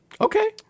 Okay